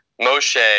Moshe